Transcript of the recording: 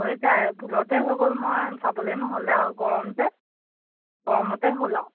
হৈ যায় ভুলতে হৈ গ'ল মই চাবলৈ নহ'লে আৰু গৰম যে গৰমতে হ'ল আৰু